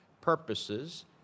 purposes